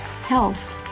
Health